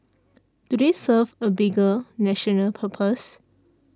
do they serve a bigger national purpose